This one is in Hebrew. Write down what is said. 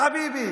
יא חביבי.